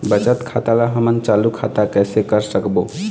बचत खाता ला हमन चालू खाता कइसे कर सकबो?